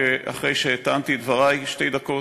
אחרי שטענתי את דברי נגד תוכנית ההתנתקות במשך שתי דקות,